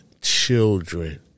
children